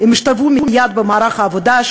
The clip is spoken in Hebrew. השתלבו מייד במערך העבודה,